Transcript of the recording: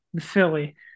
philly